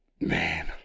man